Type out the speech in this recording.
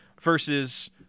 versus